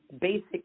basic